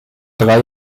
drei